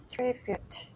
Tribute